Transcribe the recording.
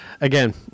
Again